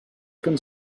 can